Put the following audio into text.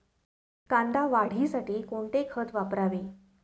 कांदा वाढीसाठी कोणते खत वापरावे?